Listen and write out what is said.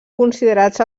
considerats